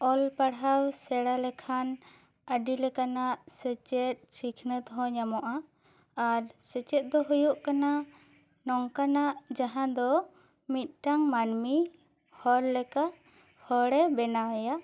ᱚᱞ ᱯᱟᱲᱦᱟᱣ ᱥᱮᱬᱟ ᱞᱮᱠᱷᱟᱱ ᱟᱹᱰᱤ ᱞᱮᱠᱟᱱᱟᱜ ᱥᱮᱪᱮᱫ ᱥᱤᱠᱷᱱᱟᱹᱛ ᱦᱚᱸ ᱧᱟᱢᱚᱜᱼᱟ ᱟᱨ ᱥᱮᱪᱮᱫ ᱫᱚ ᱦᱳᱭᱳᱜ ᱠᱟᱱᱟ ᱱᱚᱝᱠᱟᱱᱟᱜ ᱡᱟᱦᱟᱸ ᱫᱚ ᱢᱤᱫᱴᱟᱝ ᱢᱟᱹᱱᱢᱤ ᱦᱚᱲ ᱞᱮᱠᱟ ᱦᱚᱲᱮ ᱵᱮᱱᱟᱣᱮᱭᱟ